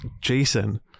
Jason